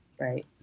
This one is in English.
right